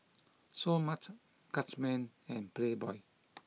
Seoul Mart Guardsman and Playboy